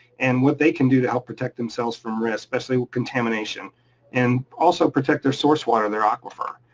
and what they can do to help protect themselves from risk, especially with contamination and also protect their source water, their aquifer.